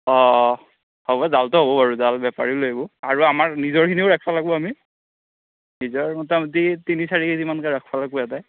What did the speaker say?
অঁ অঁ হ'ব জালটো হ'বো বাৰু জাল বেপাৰীও লৈ আইভো আৰু আমাৰ নিজৰখিনিও ৰাখবা লাগবো আমি নিজৰ মোটামুটি তিনি চাৰি কেজি মানকে ৰাখবা লাগবো এটাই